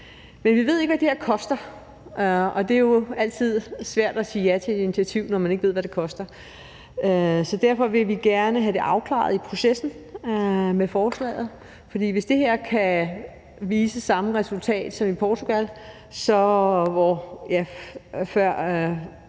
Men vi ved ikke, hvad det her koster, og det er jo altid svært at sige ja til et initiativ, når man ikke ved, hvad det koster. Så derfor vil vi gerne have det afklaret i processen med forslaget, for hvis det her kan give samme resultat som i Portugal, hvor